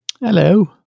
Hello